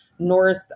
North